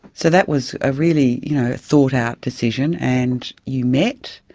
so that was a really you know thought-out decision. and you met,